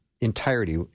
entirety